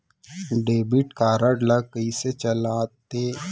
Debit card ला कइसे चलाते?